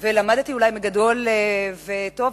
זאת מגדול וטוב,